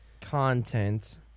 content